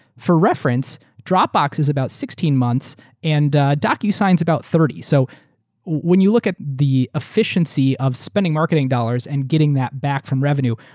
for reference, dropbox is about sixteen months and docusign is about thirty. so when you look at the efficiency of spending marketing dollars and getting that back from revenue,